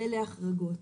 ואלה ההחרגות.